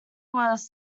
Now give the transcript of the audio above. was